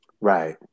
Right